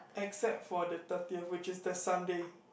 except for the thirtier which is the Sunday